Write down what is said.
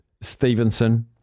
Stevenson